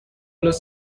los